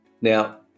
Now